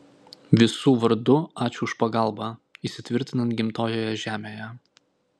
visų vardu ačiū už pagalbą įsitvirtinant gimtojoje žemėje